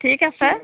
ঠিক আছে